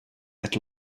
that